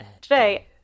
today